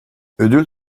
ödül